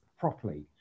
Properly